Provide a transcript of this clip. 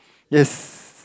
yes